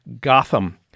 Gotham